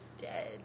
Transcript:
dead